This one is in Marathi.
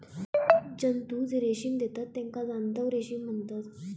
जंतु जे रेशीम देतत तेका जांतव रेशीम म्हणतत